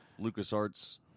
LucasArts